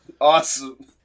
Awesome